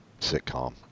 sitcom